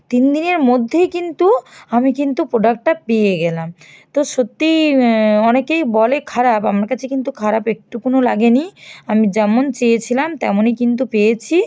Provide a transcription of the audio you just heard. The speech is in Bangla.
তিন দিনের মধ্যেই কিন্তু আমি কিন্তু প্রোডাক্টটা পেয়ে গেলাম তো সত্যিই অনেকেই বলে খারাপ আমার কাছে কিন্তু খারাপ একটুকুও লাগেনি আমি যেমন চেয়েছিলাম তেমনই কিন্তু পেয়েছি